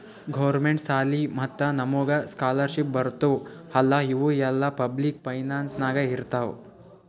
government ಸಾಲಿ ಮತ್ತ ನಮುಗ್ ಸ್ಕಾಲರ್ಶಿಪ್ ಬರ್ತಾವ್ ಅಲ್ಲಾ ಇವು ಎಲ್ಲಾ ಪಬ್ಲಿಕ್ ಫೈನಾನ್ಸ್ ನಾಗೆ ಬರ್ತಾವ್